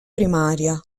primaria